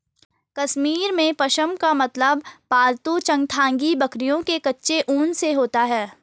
कश्मीर में, पश्म का मतलब पालतू चंगथांगी बकरियों के कच्चे ऊन से होता है